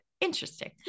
interesting